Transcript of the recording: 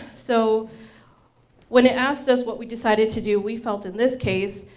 so when it asked us what we decided to do, we felt in this case,